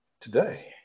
Today